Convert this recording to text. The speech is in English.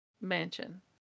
mansion